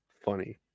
funny